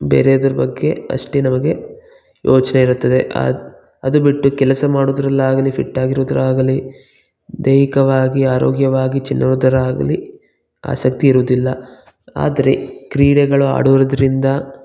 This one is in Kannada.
ಬೇರೆದ್ರ ಬಗ್ಗೆ ಅಷ್ಟೇ ನಮಗೆ ಯೋಚನೆ ಇರುತ್ತದೆ ಅದು ಅದು ಬಿಟ್ಟು ಕೆಲಸ ಮಾಡೋದ್ರಲ್ಲಾಗಲಿ ಫಿಟ್ ಆಗಿರೋದಾಗಲಿ ದೈಹಿಕವಾಗಿ ಆರೋಗ್ಯವಾಗಿ ಚಲೋದರಾಗ್ಲಿ ಆಸಕ್ತಿ ಇರುದಿಲ್ಲ ಆದರೆ ಕ್ರೀಡೆಗಳು ಆಡೋದರಿಂದ